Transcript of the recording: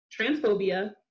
transphobia